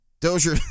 Dozier